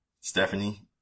Stephanie